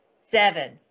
seven